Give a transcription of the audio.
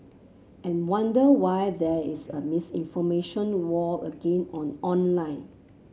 and wonder why there is a misinformation war again on online